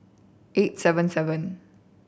eight seven seven